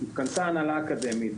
התכנסה ההנהלה האקדמית,